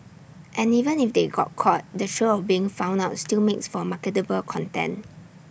and even if they got caught the thrill of being found out still makes for marketable content